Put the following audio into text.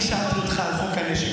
אני שאלתי אותך על חוק הנשק,